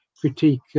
critique